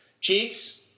Cheeks